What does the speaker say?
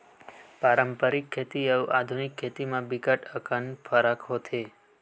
पारंपरिक खेती अउ आधुनिक खेती म बिकट अकन फरक होथे